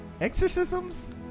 exorcisms